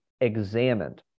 examined